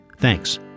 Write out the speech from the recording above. Thanks